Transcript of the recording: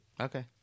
Okay